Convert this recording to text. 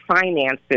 finances